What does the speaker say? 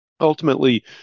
ultimately